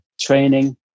training